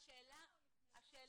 הדבר השלישי והאחרון,